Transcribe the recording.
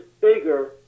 bigger